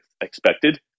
expected